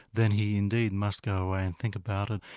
then he indeed must go away and think about it,